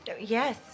Yes